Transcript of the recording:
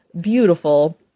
beautiful